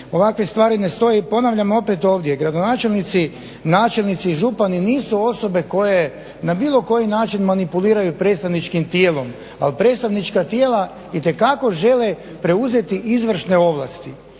ovakve stvari ne stoje. I ponavljam opet ovdje gradonačelnici, načelnici i župani nisu osobe koje na bilo koji način manipuliraju predstavničkim tijelom, ali predstavnička tijela itekako žele preuzeti izvršne ovlasti